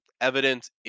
evidence